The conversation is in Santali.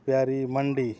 ᱯᱤᱭᱟᱨᱤ ᱢᱟᱱᱰᱤ